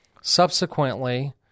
Subsequently